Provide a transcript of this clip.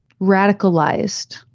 radicalized